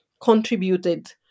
contributed